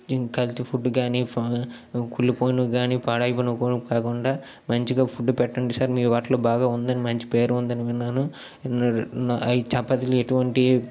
ఇంకా కల్తీ ఫుడ్ కానీ కుళ్ళి పోయినవి కానీ పాడై పోయినవి కూడా కాకుండా మంచిగా ఫుడ్ పెట్టండి సార్ మీ హోటల్లో బాగా ఉంది అని మంచి పేరు ఉంది అని విన్నాను ఐదు చపాతీలో ఎటువంటి